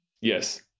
yes